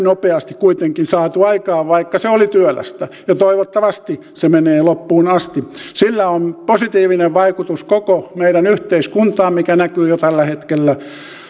nopeasti kuitenkin saatu aikaan vaikka se oli työlästä toivottavasti se menee loppuun asti sillä on positiivinen vaikutus koko meidän yhteiskuntaamme mikä näkyy jo tällä hetkellä